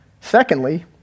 Secondly